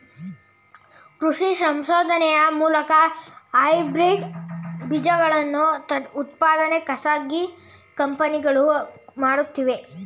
ಕೃಷಿ ಸಂಶೋಧನೆಯ ಮೂಲಕ ಹೈಬ್ರಿಡ್ ಬೀಜಗಳ ಉತ್ಪಾದನೆ ಖಾಸಗಿ ಕಂಪನಿಗಳು ಮಾಡುತ್ತಿವೆ